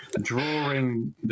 drawing